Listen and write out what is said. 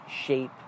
shape